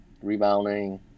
rebounding